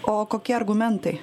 o kokie argumentai